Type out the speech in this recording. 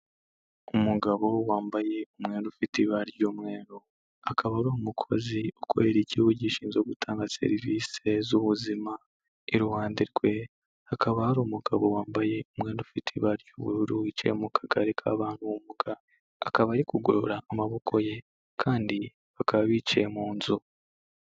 Umugabo wambaye umwenda ufite ibara ry'umweru, akaba ari umukozi ukorera ikigo gishinzwe gutanga serivisi z'ubuzima, iruhande rwe hakaba hari umugabo wambaye umwenda ufite ibara ry'ubururu wicaye mu kagare kababana n'ubumuga akaba ari kugorora amaboko ye kandi bakaba bicaye mu nzu.